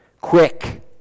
Quick